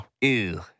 Ew